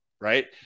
right